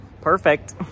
perfect